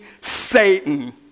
Satan